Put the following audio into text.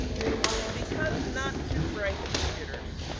basically, because not too bright computers.